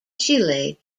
chile